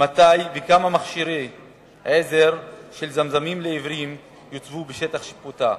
מתי וכמה מכשירי עזר של זמזמים לעיוורים יוצבו בשטח שיפוטה,